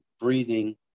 breathing